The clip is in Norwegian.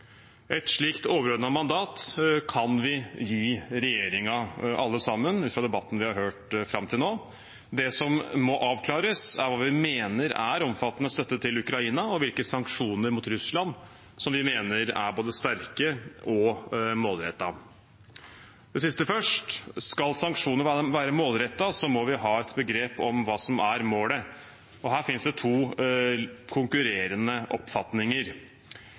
Et slikt overordnet mandat kan vi gi regjeringen alle sammen, ut fra debatten vi har hørt til fram til nå. Det som må avklares, er hva vi mener er omfattende støtte til Ukraina, og hvilke sanksjoner mot Russland som vi mener er både sterke og målrettede. Det siste først: Skal sanksjoner være målrettet, må vi ha et begrep om hva som er målet. Her finnes det to konkurrerende oppfatninger.